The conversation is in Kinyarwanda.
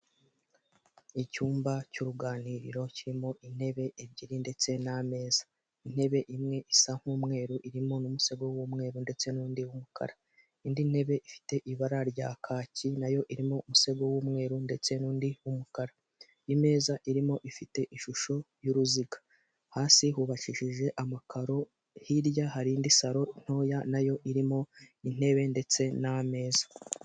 Icyumba cy'uruganiriro kirimo intebe ebyiri ndetse n'ameza intebe, imwe isa nk'umweru irimo n'umusego w'umweru ndetse n'undi w'umukara indi ntebe ifite ibara rya kacyi nayo irimo umusego w'umweru ndetse n'undi w'umukara ,imeza irimo ifite ishusho y'uruziga hasi hubakishije amakaro hirya hari indi saro ntoya nayo irimo intebe ndetse n'ameza.